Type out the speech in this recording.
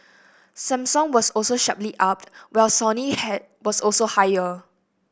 Samsung was also sharply up while Sony was also higher